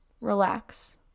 relax